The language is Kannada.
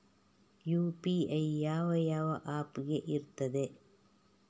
ಯು.ಪಿ.ಐ ಯಾವ ಯಾವ ಆಪ್ ಗೆ ಇರ್ತದೆ?